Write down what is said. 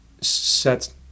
set